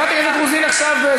חברת הכנסת נאוה בוקר.